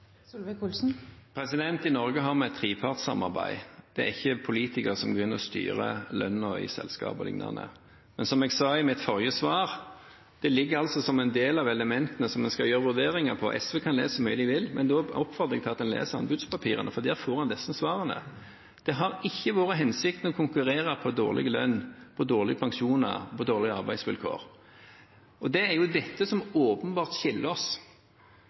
I Norge har vi et trepartssamarbeid. Det er ikke politikerne som går inn og styrer lønn o.l. i selskap. Men som jeg sa i mitt forrige svar, ligger dette altså som en del av de elementene vi skal gjøre vurderinger av. SV kan le så mye de vil, men jeg oppfordrer til at man leser anbudspapirene, for der får en disse svarene. Det har ikke vært hensikten å konkurrere på dårlig lønn, på dårlige pensjoner og på dårlige arbeidsvilkår. Det er dette som åpenbart skiller oss: